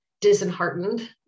disheartened